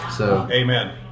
Amen